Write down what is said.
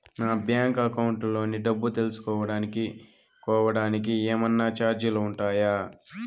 నా bank account లోని డబ్బు తెలుసుకోవడానికి కోవడానికి ఏమన్నా చార్జీలు ఉంటాయా?